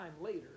later